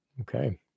okay